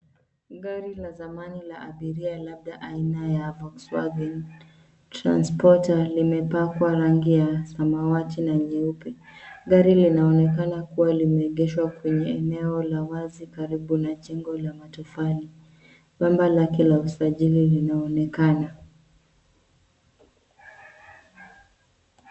Gari la zamani la abiria labda aina ya Volkswagen Transporter, limepakwa rangi ya samawati na nyeupe. Gari linaonekana kuwa limeegeshwa kwenye eneo la wazi karibu na jengo la matofali. Namba lake la usajili linaonekana.